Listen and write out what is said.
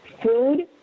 food